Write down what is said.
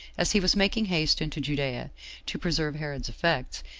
as he was making haste into judea to preserve herod's effects,